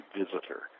visitor